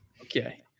Okay